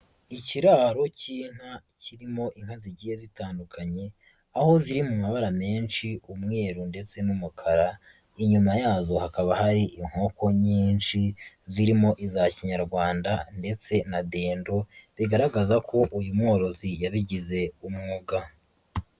Ikiraro cy'inka kirimo inka zigiye zitandukanye, aho ziri mu mabara menshi umweru ndetse n'umukara, inyuma yazo hakaba hari inkoko nyinshi zirimo iza Kinyarwanda ndetse na dendo, bigaragaza ko uyu mworozi yabigize umwuga.